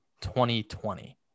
2020